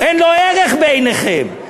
אין לו ערך בעיניכם.